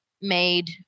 made